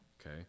Okay